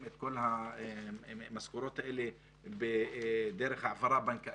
את כל המשכורות האלה דרך העברה בנקאית,